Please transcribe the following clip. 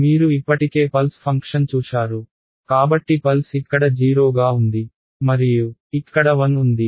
మీరు ఇప్పటికే pulse function చూశారు కాబట్టి పల్స్ ఇక్కడ 0 గా ఉంది మరియు ఇక్కడ 1 ఉంది